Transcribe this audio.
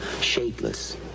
shapeless